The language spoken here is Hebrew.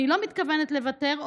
אני לא מתכוונת לוותר.